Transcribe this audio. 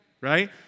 right